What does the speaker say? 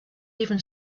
even